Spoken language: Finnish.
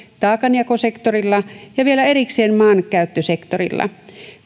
taakanjakosektorilla ja vielä erikseen maankäyttösektorilla